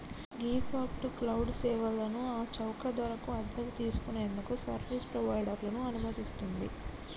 ghee fog to cloud సేవలను ఆ చౌక ధరకు అద్దెకు తీసుకు నేందుకు సర్వీస్ ప్రొవైడర్లను అనుమతిస్తుంది